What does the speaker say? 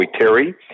Terry